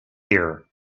here